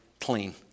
clean